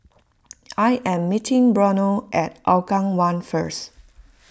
I am meeting Brannon at Hougang one first